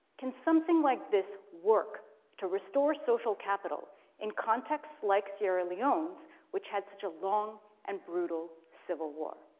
can something like this work to restore social capital in contexts like sierra leone's which had such a long and brutal civil war?